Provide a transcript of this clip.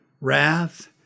wrath